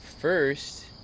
first